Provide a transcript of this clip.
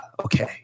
okay